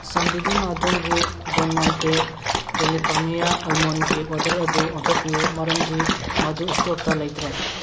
ꯆꯥꯟꯕꯤꯗꯨꯅ ꯑꯗꯣꯝꯒꯤ Don Monte California ꯑꯜꯃꯣꯟꯒꯤ ꯑꯣꯔꯗꯔ ꯑꯗꯨ ꯑꯣꯟꯊꯣꯛꯄꯤꯌꯨ ꯃꯔꯝꯗꯤ ꯃꯗꯨ ꯏꯁꯇꯣꯛꯇ ꯂꯩꯇ꯭ꯔꯦ